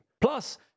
Plus